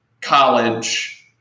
college